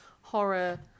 horror